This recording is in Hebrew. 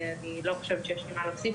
אני לא חושבת שיש לי מה להוסיף,